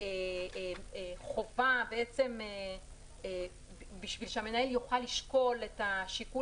יש חובה בשביל שהמנהל יוכל לשקול את השיקול